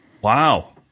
Wow